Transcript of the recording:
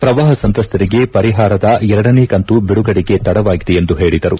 ಪ್ರವಾಹ ಸಂತ್ರಸ್ತರಿಗೆ ಪರಿಹಾರದ ಎರಡನೇ ಕಂತು ಬಿಡುಗಡೆಗೆ ತಡವಾಗಿದೆ ಎಂದು ಹೇಳಿದರು